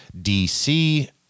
DC